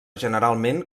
generalment